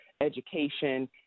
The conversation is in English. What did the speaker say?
education